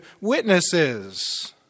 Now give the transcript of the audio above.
witnesses